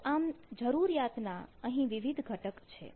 તો આમ જરૂરિયાતના અહીં વિવિધ ઘટક છે